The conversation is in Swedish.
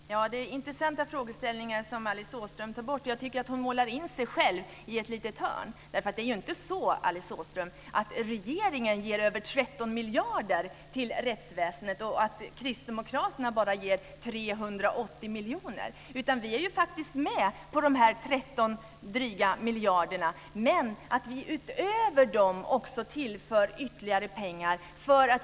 Fru talman! Det är intressanta frågor som Alice Åström tar upp. Jag tycker att hon målar in sig själv i ett litet hörn. Det är inte så, Alice Åström, att regeringen ger över 13 miljarder kronor till rättsväsendet och att kristdemokraterna bara ger 380 miljoner kronor. Vi är faktiskt med på de dryga 13 miljarderna, men utöver dem tillför vi ytterligare pengar.